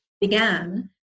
began